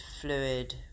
fluid